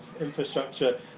infrastructure